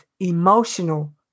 Emotional